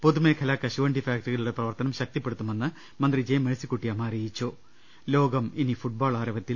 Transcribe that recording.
പൊതുമേഖലാ കശുവണ്ടി ഫാക്ടറികളുടെ പ്രവർത്തനം ശക്തിപ്പെടുത്തുമെന്ന് മന്ത്രി ജെ മേഴ്സിക്കുട്ടിഅമ്മ അറിയി ച്ചും ലോകം ഇനി ഫുട്ബോൾ ആരവത്തിൽ